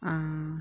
err